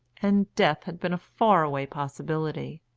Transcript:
and death had been a far-away possibility,